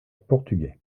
portugais